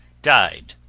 died.